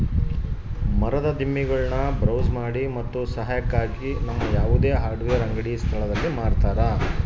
ಮರದ ದಿಮ್ಮಿಗುಳ್ನ ಬ್ರೌಸ್ ಮಾಡಿ ಮತ್ತು ಸಹಾಯಕ್ಕಾಗಿ ನಮ್ಮ ಯಾವುದೇ ಹಾರ್ಡ್ವೇರ್ ಅಂಗಡಿಯ ಸ್ಥಳದಲ್ಲಿ ಮಾರತರ